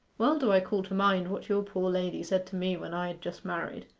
well do i call to mind what your poor lady said to me when i had just married.